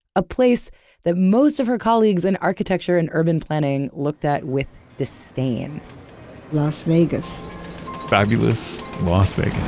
a place that most of her colleagues in architecture and urban planning looked at with disdain las vegas fabulous las vegas